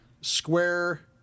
square